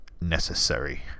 necessary